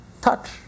Touch